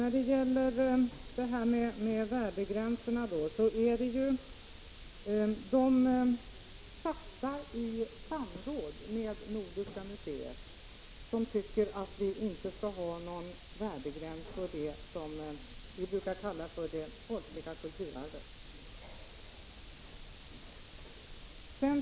Herr talman! Värdegränserna är satta i samråd med Nordiska museet, som anser att vi inte bör ha någon värdegräns på det som vi brukar kalla för det folkliga kulturarvet.